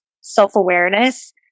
self-awareness